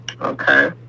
Okay